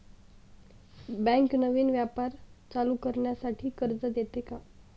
Bank नवीन व्यापार चालू करण्यासाठी कर्ज देते का?